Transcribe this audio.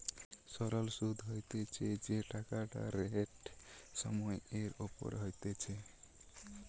সরল সুধ হতিছে যেই টাকাটা রেট সময় এর ওপর হতিছে